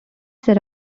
set